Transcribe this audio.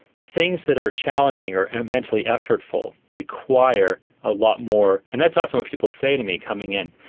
things that are challenging or mentally effortful require a lot more, and that's often what people say to me coming in,